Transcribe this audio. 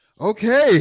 Okay